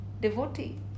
devotee